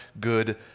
good